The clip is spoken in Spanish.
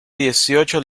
dieciocho